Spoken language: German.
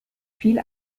viel